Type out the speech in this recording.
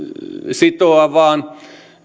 sitoa vaan